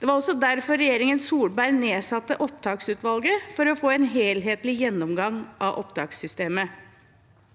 Det var også derfor regjeringen Solberg nedsatte opptaksutvalget, for å få en helhetlig gjennomgang av opptakssystemet.